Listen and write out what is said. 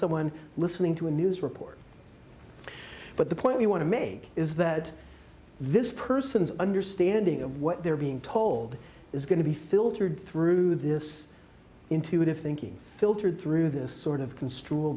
someone listening to a news report but the point you want to make is that this person is understanding of what they're being told is going to be filtered through this intuitive thinking filtered through this sort of construe